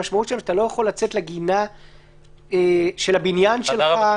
המשמעות שאתה לא יכול לצאת לגינה של הבניין שלך.